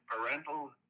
parental